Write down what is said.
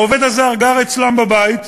העובד הזר גר אצלם בבית,